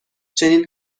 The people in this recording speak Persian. چنین